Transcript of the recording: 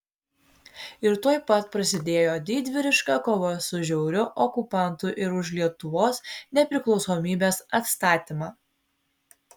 ir tuoj pat prasidėjo didvyriška kova su žiauriu okupantu ir už lietuvos nepriklausomybės atstatymą